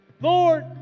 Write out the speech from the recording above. Lord